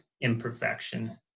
imperfection